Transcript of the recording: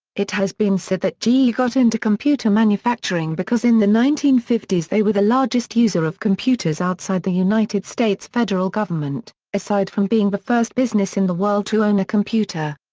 it has been said that ge got into computer manufacturing because in the nineteen fifty s they were the largest user of computers outside the united states federal government, aside from being the first business in the world to own a computer.